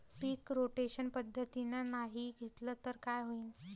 पीक rotation पद्धतीनं नाही घेतलं तर काय होईन?